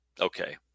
Okay